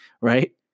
Right